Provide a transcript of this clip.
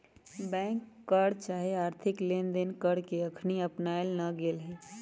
bank कर चाहे आर्थिक लेनदेन कर के अखनी अपनायल न गेल हइ